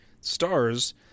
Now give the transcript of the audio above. Stars